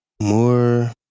more